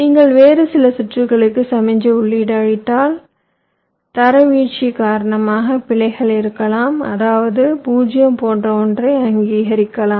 நீங்கள் வேறு சில சுற்றுகளுக்கு சமிக்ஞை உள்ளீடு அளித்தால் தரவீழ்ச்சி காரணமாக பிழைகள் இருக்கலாம் அதாவது 0 போன்ற ஒன்றை அங்கீகரிக்கலாம்